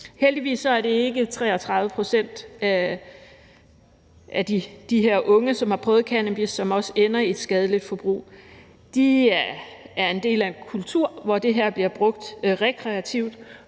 Heldigvis er det ikke alle de her 33 pct. af unge, der har prøvet cannabis, som også ender i et skadeligt forbrug. De er en del af en kultur, hvor det her bliver brugt rekreativt,